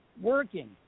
working